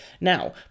Now